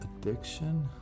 addiction